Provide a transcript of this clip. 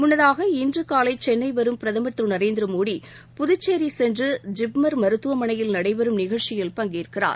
முன்னதாக இன்றுகாலைசென்னைவரும் பிரதமர் திருநரேந்திரமோடி புதுச்சேரிசென்று ஜிப்மர் மருத்துவமனையில் நடைபெறும் நிகழ்ச்சியில் பங்கேற்கிறார்